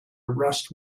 rust